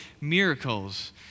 miracles